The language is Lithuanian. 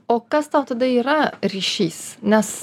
o kas tau tada yra ryšys nes